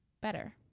better